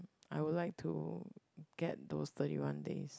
I would like to get those thirty one days